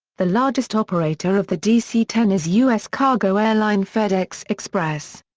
the largest operator of the dc ten is u s. cargo airline fedex express.